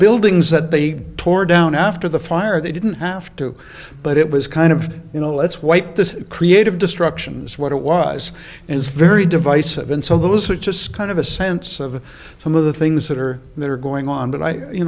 buildings that they tore down after the fire they didn't have to but it was kind of you know let's wipe this creative destruction as what it was is very divisive and so those are just kind of a sense of some of the things that are that are going on but i you